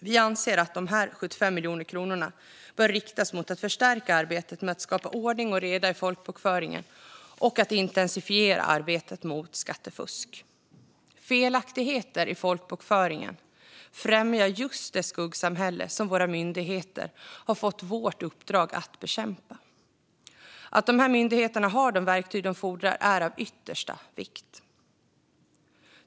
Vi anser att dessa 75 miljoner kronor bör riktas mot att förstärka arbetet med att skapa ordning och reda i folkbokföringen och mot att intensifiera arbetet mot skattefusk. Felaktigheter i folkbokföringen främjar just det skuggsamhälle som våra myndigheter har fått vårt uppdrag att bekämpa. Att dessa myndigheter har de verktyg det fordrar är av yttersta vikt.